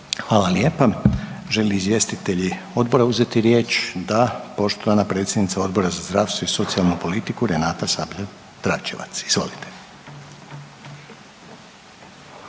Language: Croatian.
Hvala lijepa. Žele li izvjestitelji odbora uzeti riječ? Da, poštovana predsjednica Odbora za zdravstvo i socijalnu politiku Renata Sabljar Dračevac. Izvolite.